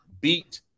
beat